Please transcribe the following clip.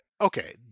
okay